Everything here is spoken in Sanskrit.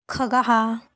खगः